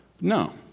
No